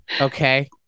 Okay